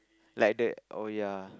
like the oh ya